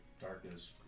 darkness